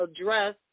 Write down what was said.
address